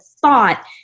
thought